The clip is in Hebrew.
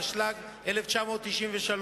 התשנ"ג-1993,